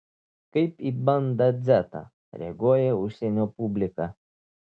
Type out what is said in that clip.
kaip į bandą dzetą reaguoja užsienio publika